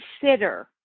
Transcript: consider